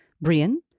Brian